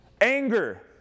anger